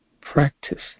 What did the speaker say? practice